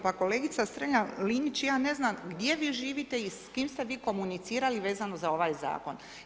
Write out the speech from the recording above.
Pa kolegice Strenja Linić, ja ne znam gdje vi živite i s kime ste vi komunicirali vezano za ovaj zakon.